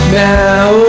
now